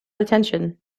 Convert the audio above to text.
attention